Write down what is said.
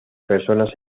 personas